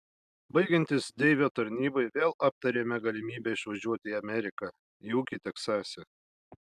baigiantis deivio tarnybai vėl aptarėme galimybę išvažiuoti į ameriką į ūkį teksase